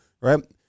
right